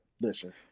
Listen